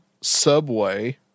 Subway